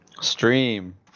Stream